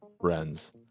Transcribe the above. friends